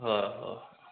হয় অ